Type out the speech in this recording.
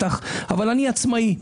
אבל אני עצמאי.